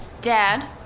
Dad